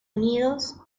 unidos